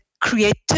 creativity